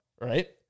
right